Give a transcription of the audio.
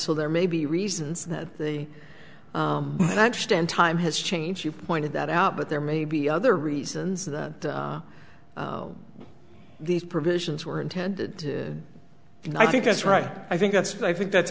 so there may be reasons that the i understand time has changed you pointed that out but there may be other reasons that these provisions were intended to and i think that's right i think that's i think that's